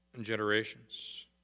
generations